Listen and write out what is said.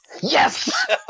Yes